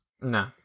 No